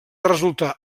resultar